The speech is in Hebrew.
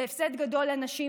זה הפסד גדול לנשים,